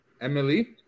Emily